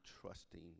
trusting